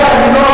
אני לא,